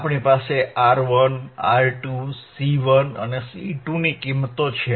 આપણી પાસે R1 R2 C1 અને C2 ની કિંમત છે